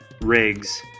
rigs